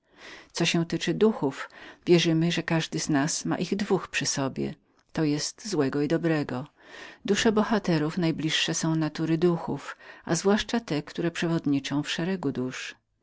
co się tyczy duchów wierzymy że każdy z nas ma ich dwóch przy sobie to jest złego i dobrego dusze bohaterów najbliższe są natury tych duchów i przewodniczą w szeregu dusz